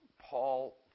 Paul